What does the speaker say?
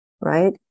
right